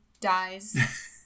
Dies